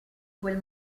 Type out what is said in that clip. quel